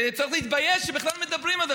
וצריך להתבייש שבכלל מדברים על זה.